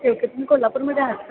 okay तुम्ही कोल्हापूरमध्ये आहात का